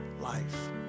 life